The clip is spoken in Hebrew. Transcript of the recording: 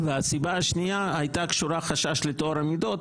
והסיבה השנייה הייתה קשורה לחשש לטוהר מידות,